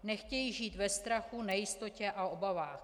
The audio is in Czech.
Nechtějí žít ve strachu, nejistotě a obavách.